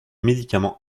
médicaments